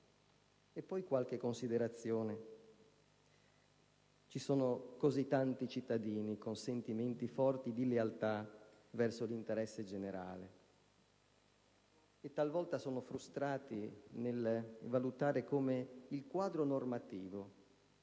e poi qualche considerazione. Ci sono così tanti cittadini con sentimenti forti di lealtà verso l'interesse generale, e talvolta sono frustrati nel valutare come il quadro normativo,